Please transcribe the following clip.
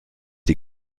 die